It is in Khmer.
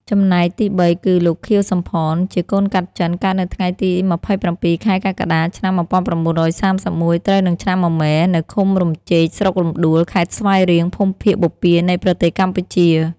ចំំណែកទីបីគឺ លោក ខៀវ សំផន ជាកូនកាត់ចិនកើតនៅថ្ងៃទី ២៧ ខែកក្កដា ឆ្នាំ ១៩៣១ ត្រូវនឹងឆ្នាំមមែ នៅឃុំរំចេក ស្រុករំដួល ខេត្តស្វាយរៀង ភូមិភាគបូព៌ានៃប្រទេសកម្ពុជា។